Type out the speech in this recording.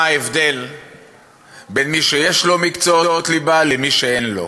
ההבדל בין מי שיש לו מקצועות ליבה למי שאין לו,